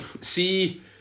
see